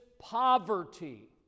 poverty